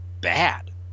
bad